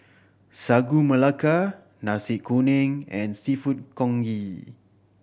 Sagu Melaka Nasi Kuning and Seafood Congee